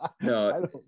No